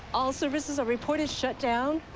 all services are reported shut down.